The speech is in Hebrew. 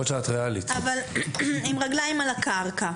אבל עם רגליים על הקרקע.